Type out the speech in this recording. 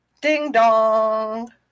Ding-dong